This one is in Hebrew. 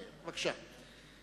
בבקשה.